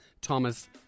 Thomas